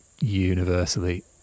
universally